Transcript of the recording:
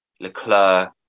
Leclerc